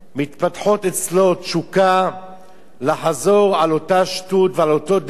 מתפתחת אצלו תשוקה לחזור על אותה שטות ועל אותה דרך,